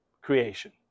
creation